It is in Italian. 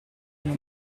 non